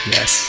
Yes